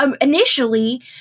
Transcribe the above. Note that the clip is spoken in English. initially